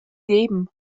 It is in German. geben